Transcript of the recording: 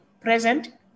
present